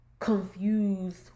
confused